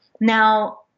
now